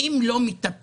אם רשות המיסים לא מטפלים